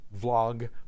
vlog